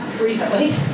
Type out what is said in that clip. recently